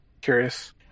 curious